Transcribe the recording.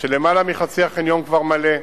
ולמעלה מחצי החניון כבר מלא.